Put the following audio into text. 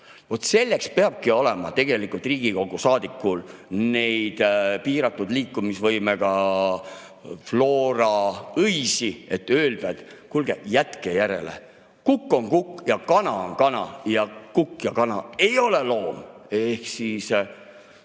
selleks peabki Riigikogu saadikul olema neid piiratud liikumisvõimega floora õisi, et öelda: kuulge, jätke järele, kukk on kukk ja kana on kana ja kukk ja kana ei ole loomad. Ehk siis